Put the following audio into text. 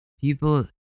People